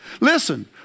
Listen